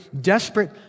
desperate